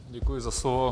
Děkuji za slovo.